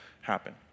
happen